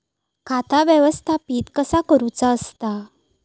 खाता व्यवस्थापित कसा करुचा असता?